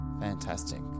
Fantastic